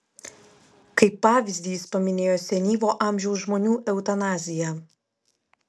kaip pavyzdį jis paminėjo senyvo amžiaus žmonių eutanaziją